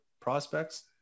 prospects